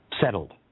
settled